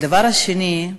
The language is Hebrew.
הדבר השני,